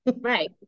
right